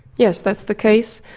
yes, that's the case.